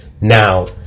now